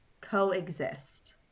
coexist